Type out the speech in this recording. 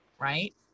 right